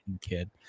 kid